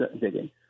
digging